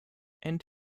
and